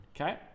Okay